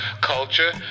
Culture